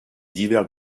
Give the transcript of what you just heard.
divers